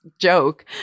joke